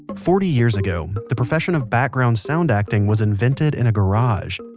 but forty years ago, the profession of background sound acting was invented in a garage.